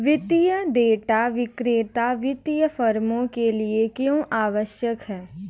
वित्तीय डेटा विक्रेता वित्तीय फर्मों के लिए क्यों आवश्यक है?